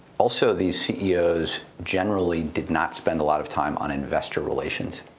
also, these ceos generally did not spend a lot of time on investor relations.